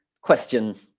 question